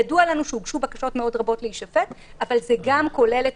ידוע לנו שהוגשו בקשות רבות מאוד להישפט אבל זה גם כולל את